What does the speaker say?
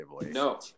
no